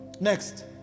Next